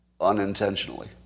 unintentionally